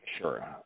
sure